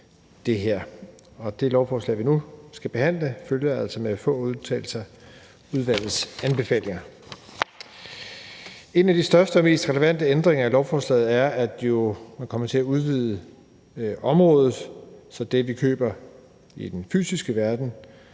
det her, og det lovforslag, vi nu skal behandle, følger altså med få undtagelser udvalgets anbefalinger. En af de største og mest relevante ændringer, der sker med lovforslaget, er, at man kommer til at udvide anvendelsesområdet , så de regler,